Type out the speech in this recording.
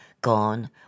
gone